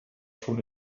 schon